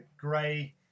grey